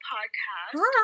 Podcast